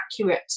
accurate